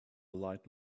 light